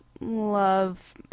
love